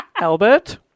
Albert